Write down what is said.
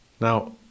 Now